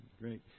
Great